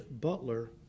butler